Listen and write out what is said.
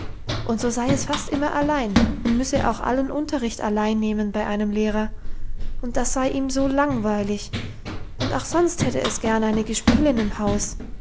und so sei es fast immer allein und müsse auch allen unterricht allein nehmen bei einem lehrer und das sei ihm so langweilig und auch sonst hätte es gern eine gespielin im haus